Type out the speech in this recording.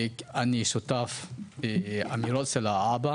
אני שותף אמירות של האבא,